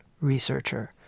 researcher